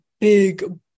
big